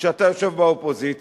כשאתה יושב באופוזיציה